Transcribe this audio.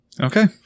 Okay